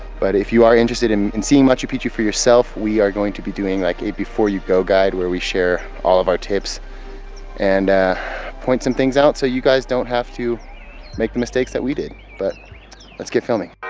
but if you are interested in in seeing machu picchu for yourself, we are going to be doing like a before you go guide where we share all of our tips and point some things out, so you guys don't have to make the mistakes that we did. but let's get filming.